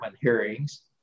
hearings